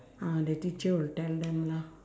uh the teacher will tell them lah